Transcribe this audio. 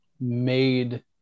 made